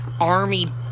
army